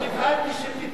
נבהלתי שפיטרו אותי,